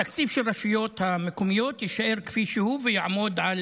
התקציב של הרשויות המקומיות יישאר כפי שהוא ויעמוד על